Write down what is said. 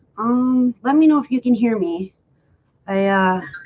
um let me know if you can hear me i